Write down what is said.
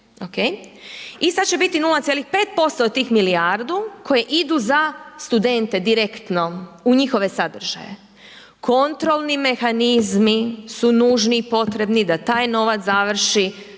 I sada će biti 0,5% od tih milijardu koji idu za studente direktno u njihove sadržaje. Kontrolni mehanizmi su nužni i potrebni da taj novac završi